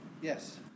Yes